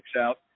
out